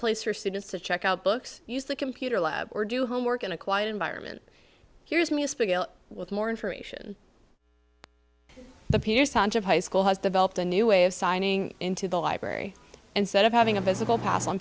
place for students to check out books use the computer lab or do homework in a quiet environment here's me with more information the pierce of high school has developed a new way of signing into the library instead of having a visible pass on